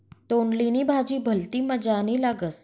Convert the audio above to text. तोंडली नी भाजी भलती मजानी लागस